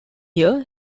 year